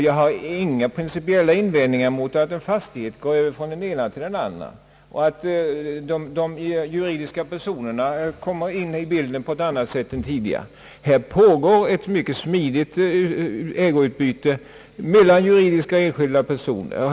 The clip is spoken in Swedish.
Jag har inga principiella invändningar mot att en fastighet går över från en ägare till en annan och att juridiska personer kommer in i bilden på ett annat sätt än tidigare. Här pågår ett mycket smidigt ägoutbyte mellan juridiska och enskilda personer.